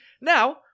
Now